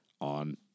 on